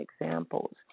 examples